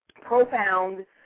profound